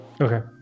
okay